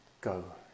go